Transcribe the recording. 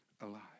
alive